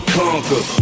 conquer